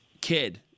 kid